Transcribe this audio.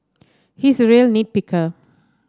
he is a real nit picker